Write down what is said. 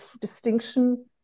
distinction